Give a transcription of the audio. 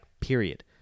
period